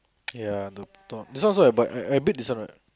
ya the top this one also eh but I I bit this one right